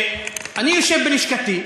אני יושב בלשכתי,